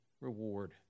reward